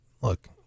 look